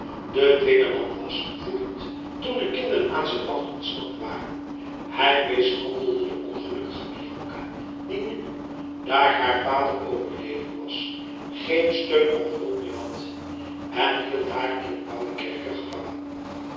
de dwingeland was woedend toen de kinderen aan zijn macht ontsnapt waren hij mishandelde de ongelukkige bianca die nu daar haar vader overleden was geen steun of hulp meer had en hield haar in een bangen kerker gevangen